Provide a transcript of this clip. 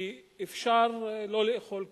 כי אפשר לא לאכול "קוטג'",